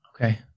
Okay